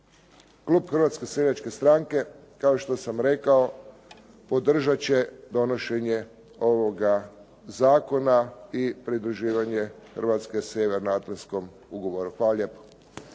klub Hrvatske seljačke stranke, kao što sam rekao, podržati će donošenje ovoga zakona i pridruživanje Hrvatske Sjevernoatlantskom ugovoru. Hvala lijepo.